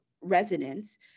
residents